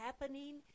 happening